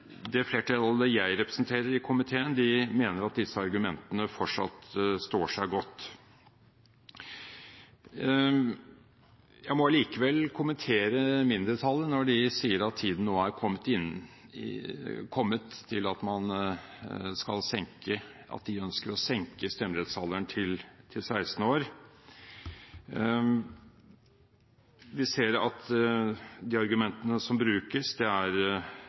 Det flertallet jeg representerer i komiteen, mener at disse argumentene fortsatt står seg godt. Jeg må allikevel kommentere mindretallet når de sier at tiden nå er kommet til at man ønsker å senke stemmerettsalderen til 16 år. Vi ser at argumentene som brukes, er at med det nåværende skolesystem og den nåværende oppøvingen i demokratisk tankegang, skolevalg osv. er